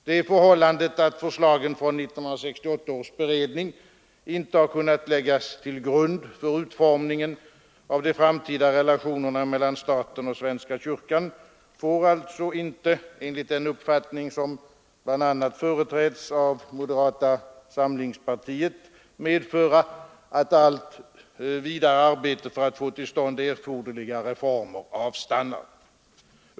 Det förhållandet att förslagen från 1968 års beredning om stat och kyrka icke har kunnat läggas till grund för utformningen av de framtida relationerna mellan staten och svenska kyrkan får alltså inte enligt den uppfattning som bl.a. företräds av moderata samlingspartiet, medföra att allt vidare arbete för att få till stånd erforderliga reformer avstannar.